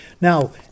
Now